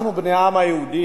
אנחנו, בני העם היהודי,